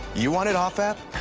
you wanted off-app?